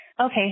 Okay